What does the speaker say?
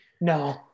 no